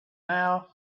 now